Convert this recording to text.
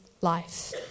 life